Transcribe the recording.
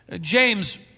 James